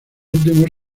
últimos